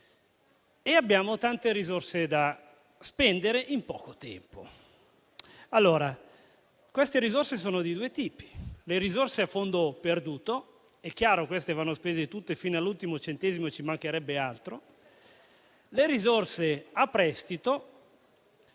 e abbiamo tante risorse da spendere in poco tempo. Le risorse sono di due tipi: quelle a fondo perduto, che chiaramente vanno spese fino all'ultimo centesimo - ci mancherebbe altro! - e le risorse a prestito,